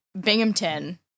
Binghamton